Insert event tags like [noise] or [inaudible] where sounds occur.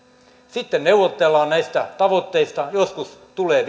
sitten neuvotellaan näistä tavoitteista ja joskus tulee [unintelligible]